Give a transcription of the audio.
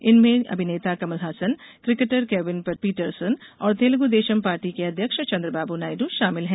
इनमें अभिनेता Kamal Haasan cricketer Kevin Pietersen और तेलुगू देशम पार्टी के अध्यक्ष चंद्रबाबू नायड् शामिल हैं